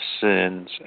sins